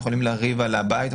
יכולים לריב על הבית,